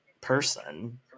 person